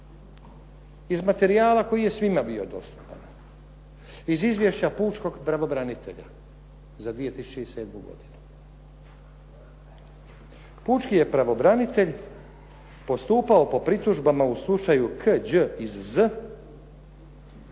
Iz materijala koji je svima bio dostupan, iz izvješća pučkog pravobranitelja za 2007. godinu. Pučki je pravobranitelj postupao po pritužbama po slučaju K.Đ. iz Z.